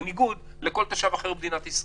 בניגוד לכל תושב אחר במדינת ישראל.